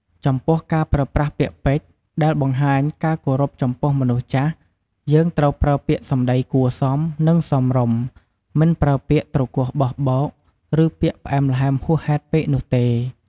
ចំពោះការប្រើប្រាស់ពាក្យពេចន៍ដែលបង្ហាញការគោរពចំពោះមនុស្សចាស់ យើងត្រូវប្រើពាក្យសម្ដីគួរសម និងសមរម្យ មិនប្រើពាក្យទ្រគោះបោះបោក ឬពាក្យផ្អែមល្ហែមហួសហេតុពេកនោះទេ។